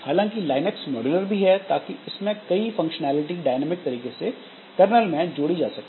हालांकि Linux modular भी है ताकि इसमें नई फंक्शनैलिटी डायनामिक तरीके से कर्नल में जोड़ी जा सके